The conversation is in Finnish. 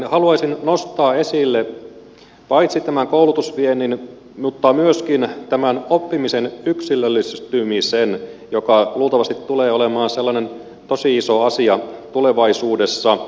haluaisin nostaa esille paitsi tämän koulutusviennin myöskin tämän oppimisen yksilöllistymisen joka luultavasti tulee olemaan sellainen tosi iso asia tulevaisuudessa